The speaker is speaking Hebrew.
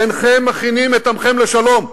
אינכם מכינים את עמכם לשלום.